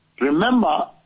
Remember